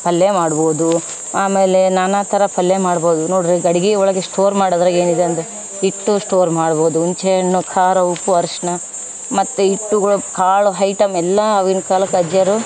ಪಲ್ಯ ಮಾಡ್ಬೌದು ಆಮೇಲೆ ನಾನಾಥರ ಪಲ್ಯ ಮಾಡ್ಬೌದು ನೋಡ್ರಿ ಗಡಿಗೆ ಒಳಗೆ ಸ್ಟೋರ್ ಮಾಡದ್ರಾಗೆ ಏನಿದೆ ಅಂದರೆ ಹಿಟ್ಟು ಸ್ಟೋರ್ ಮಾಡ್ಬೌದು ಹುಂಚೆಹಣ್ಣು ಖಾರ ಉಪ್ಪು ಅರಿಶ್ಣ ಮತ್ತು ಹಿಟ್ಟುಗಳು ಕಾಳು ಹೈಟಂ ಎಲ್ಲ ಆವಾಗಿನ್ ಕಾಲಕ್ಕೆ ಅಜ್ಜಿಯರು